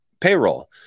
payroll